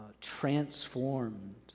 transformed